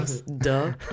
Duh